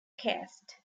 caste